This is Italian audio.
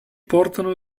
portano